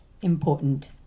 important